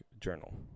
journal